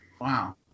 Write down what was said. Wow